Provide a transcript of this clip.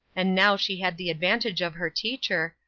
and now she had the advantage of her teacher,